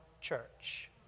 church